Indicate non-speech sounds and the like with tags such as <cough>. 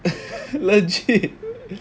<laughs> legit